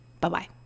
Bye-bye